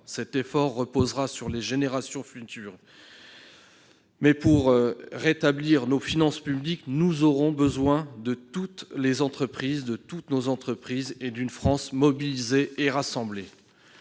Cet effort reposera sur les générations futures. Pour rétablir nos finances publiques, nous aurons besoin de toutes nos entreprises et d'une France mobilisée et rassemblée.